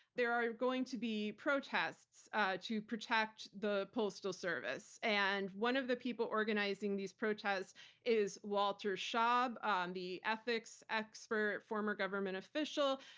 there are going to be protests to protect the postal service. and one of the people organizing these protests is walter shaub, um the ethics expert, a former government official.